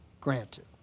granted